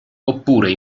oppure